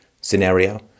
scenario